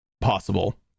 possible